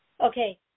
Okay